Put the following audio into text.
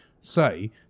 say